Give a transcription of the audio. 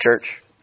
church